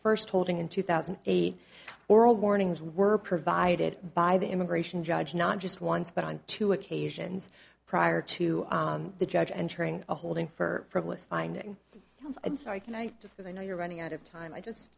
first holding in two thousand and eight oral warnings were provided by the immigration judge not just once but on two occasions prior to the judge entering a holding for a list finding and sorry can i just as i know you're running out of time i just